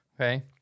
okay